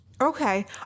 Okay